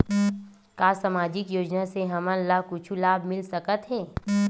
का सामाजिक योजना से हमन ला कुछु लाभ मिल सकत हे?